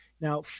Now